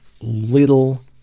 little